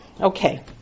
Okay